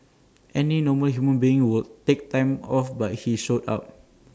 any normal human being would take time off but he showed up